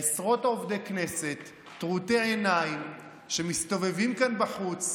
עשרות עובדי כנסת טרוטי עיניים שמסתובבים כאן בחוץ